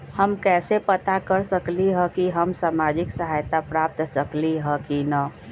हम कैसे पता कर सकली ह की हम सामाजिक सहायता प्राप्त कर सकली ह की न?